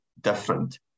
different